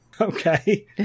Okay